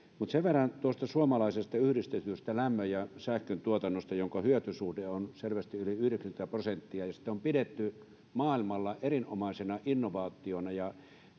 tuosta suomalaisesta yhdistetystä lämmön ja sähkön tuotannosta sen hyötysuhde on selvästi yli yhdeksänkymmentä prosenttia ja sitä on pidetty maailmalla erinomaisena innovaationa